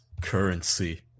currency